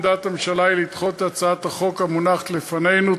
עמדת הממשלה היא לדחות את הצעת החוק המונחת לפנינו.